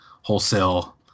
wholesale